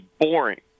boring